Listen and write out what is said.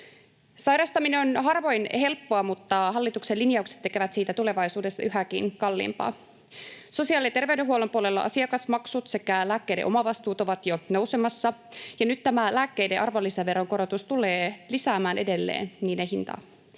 Sairastaminen on harvoin helppoa, mutta hallituksen linjaukset tekevät siitä tulevaisuudessa yhäkin kalliimpaa. Sosiaali- ja terveydenhuollon puolella asiakasmaksut sekä lääkkeiden omavastuut ovat jo nousemassa, ja nyt tämä lääkkeiden arvonlisäveron korotus tulee lisäämään edelleen niiden hintaa.